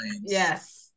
Yes